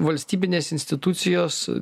valstybinės institucijos